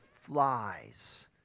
flies